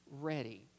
ready